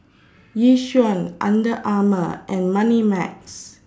Yishion Under Armour and Moneymax